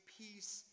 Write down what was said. peace